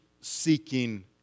seeking